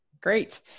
Great